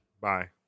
Bye